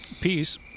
peace